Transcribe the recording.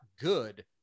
good